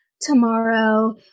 tomorrow